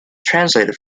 translated